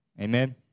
Amen